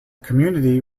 community